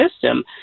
system